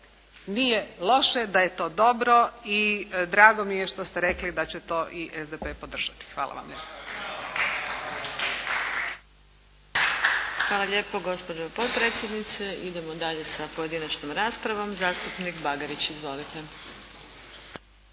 nije loše, da je to dobro i drago mi je što ste rekli da će to i SDP podržati. Hvala vam lijepo. /Pljesak./ **Adlešič, Đurđa (HSLS)** Hvala lijepo gospođo potpredsjednice. Idemo dalje sa pojedinačnom raspravom. Zastupnik Bagarić. Izvolite.